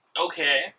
Okay